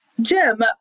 Jim